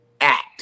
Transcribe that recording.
act